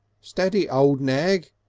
steady, old nag,